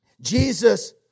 Jesus